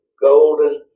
golden